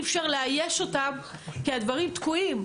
ואי אפשר לאייש אותם כי הדברים תקועים,